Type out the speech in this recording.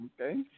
Okay